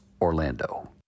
Orlando